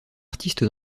artiste